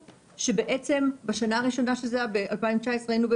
כשכל הכרמל יעלה באש והמונים יגוועו ברעב כי התפוקה החקלאית תצנח?